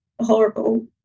horrible